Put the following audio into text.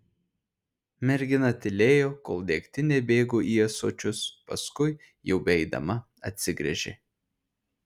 mergina tylėjo kol degtinė bėgo į ąsočius paskui jau beeidama atsigręžė